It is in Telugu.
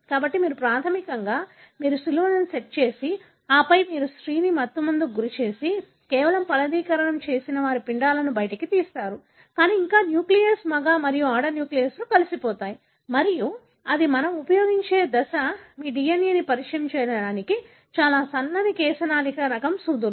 కాబట్టి మీరు ప్రాథమికంగా మీరు శిలువలను సెట్ చేసి ఆపై మీరు స్త్రీని మత్తుకు గురిచేసి ఆపై కేవలం ఫలదీకరణం చేసిన వారి పిండాలను బయటకు తీస్తారు కానీ ఇంకా న్యూక్లియస్ మగ మరియు ఆడ న్యూక్లియైలు ఇంకా కలిసిపోతాయి మరియు అది మనం ఉపయోగించే దశ మీ DNA ని పరిచయం చేయడానికి చాలా సన్నని కేశనాళిక రకం సూదులు